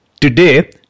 today